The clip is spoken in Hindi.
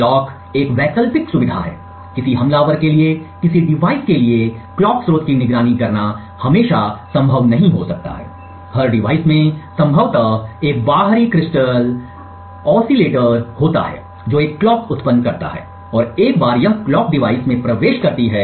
कलॉक एक वैकल्पिक सुविधा है किसी हमलावर के लिए किसी डिवाइस के लिए कलॉक स्रोत की निगरानी करना हमेशा संभव नहीं हो सकता है हर डिवाइस में संभवतः एक बाहरी क्रिस्टल ओसीलेटर होता है जो एक कलॉक उत्पन्न करता है और एक बार यह कलॉक डिवाइस में प्रवेश करती है